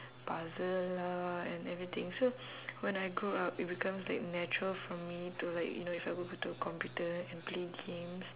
puzzle lah and everything so when I grow up it becomes like natural for me to like you know if I go over to a computer and play games